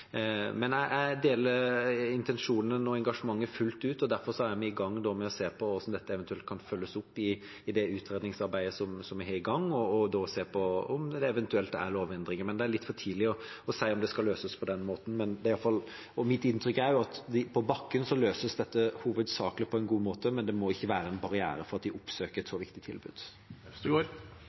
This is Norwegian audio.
Jeg deler intensjonen og engasjementet fullt ut. Derfor er vi i gang med å se på hvordan dette kan følges opp i det utredningsarbeidet vi har i gang, og da også eventuelt se på lovendringer, men det er litt for tidlig å si om det skal løses på den måten. Mitt inntrykk er at dette hovedsakelig løses på en god måte på bakken, men det må ikke være en barriere for at en oppsøker et så viktig tilbud.